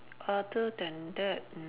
other than that mm